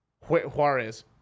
Juarez